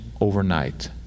overnight